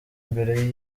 mbere